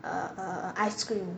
err err ice cream